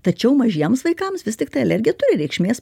tačiau mažiems vaikams vis tiktai alergija turi reikšmės